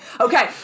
Okay